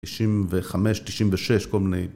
95, 96, כל מיני.